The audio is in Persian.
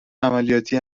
عملیاتی